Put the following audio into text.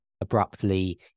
abruptly